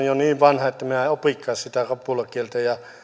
jo niin vanha että minä en opikaan sitä kapulakieltä ja